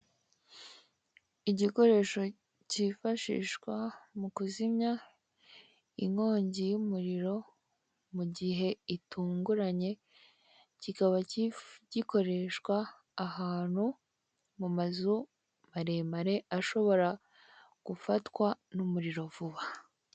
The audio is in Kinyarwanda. Igikoresho kifashishwa mu kuzimya inkongi y'umuriro mu gihe itunguranye kikaba gikoresha ahantu mu mazu maremare ashobora gufatwa n'umuriro vuba.